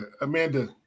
Amanda